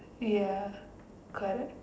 ya correct